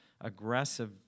aggressive